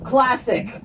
Classic